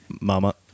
Mama